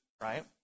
right